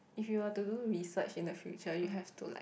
if you were to do research in the future you have to like